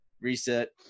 reset